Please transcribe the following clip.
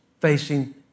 facing